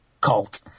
cult